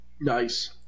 Nice